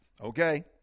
okay